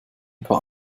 paar